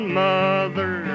mother